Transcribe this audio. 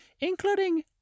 including